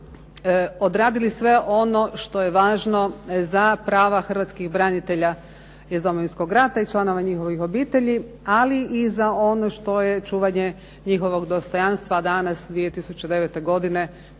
hrvatskih branitelja iz Domovinskog rata i članova njihovih obitelji. Ali i za ono što je čuvanje njihovog dostojanstva danas 2009. godine